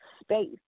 space